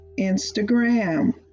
Instagram